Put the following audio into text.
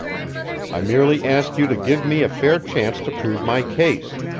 i merely ask you to give me a fair chance to prove my case.